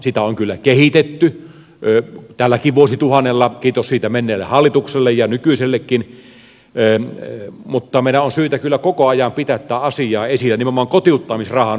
sitä on kyllä kehitetty tälläkin vuosituhannella kiitos siitä menneelle hallitukselle ja nykyisellekin mutta meidän on syytä kyllä koko ajan pitää tätä asiaa esillä nimenomaan kotiuttamisrahan osalta